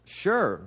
sure